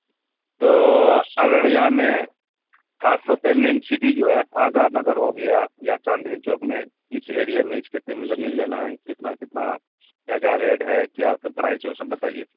تو ارڑیا میں خاص طور پہ مین سٹی جو ہے آزاد نگر ہو گیا یا چاندنی چوک میں اس ایریے میں اس خطے میں زمین لینا ہے کتنا کتنا کیا کیا ریٹ ہے کیا اس کے پرائس ہے وہ سب بتائیے